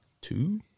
Two